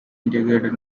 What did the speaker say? integrated